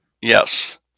yes